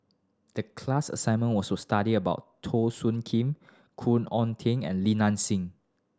the class assignment was to study about Teo Soon Kim Khoon Oon and Li Nanxing